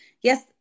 Yes